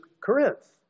Corinth